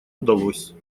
удалось